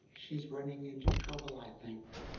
she's running into trouble, i think.